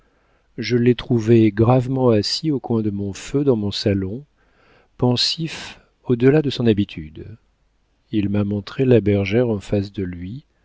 je l'ai trouvé gravement assis au coin de mon feu dans mon salon pensif au delà de son habitude il m'a montré la bergère en face de lui